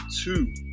two